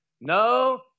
No